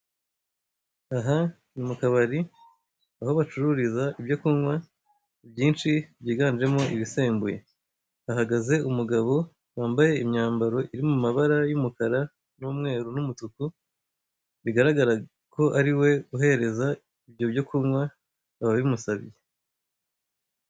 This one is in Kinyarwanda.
Aha ni mu kabari aho bacururiza ibyokunywa byinshi byiganjemo ibisembuye, ahagaze umugabo wambaye imyambaro iri mu mabara y' y'umukara n'umweru n'umutuku bigaragara ko ari we uhereza ibyo byokunywa ababimusabye.